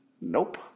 Nope